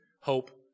hope